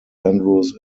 andrews